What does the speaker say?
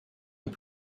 est